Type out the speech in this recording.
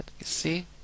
see